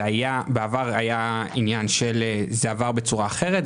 זה און טופ לסד"כ של משטרת ישראל.